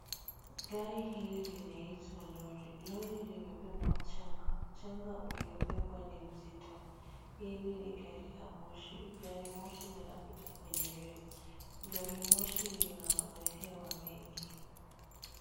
Gari hili linaitwa lori. Lori limebeba mchanga, mchanga uliobebwa ni mzito. Pili ni gari la moshi, gari moshi linapita kwenye reli, gari moshi lina mabehewa mengi.